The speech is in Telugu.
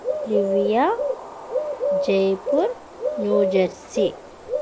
Livia Jaipur New Jersey